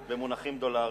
במונחים דולריים?